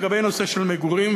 בנושא של מגורים,